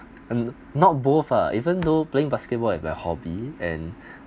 I'm not both ah even though playing basketball is my hobby and